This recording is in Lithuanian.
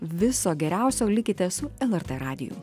viso geriausio likite su lrt radiju